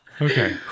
Okay